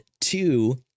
two